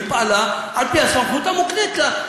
והיא פעלה על-פי הסמכות המוקנית לה.